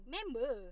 Member